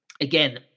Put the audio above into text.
Again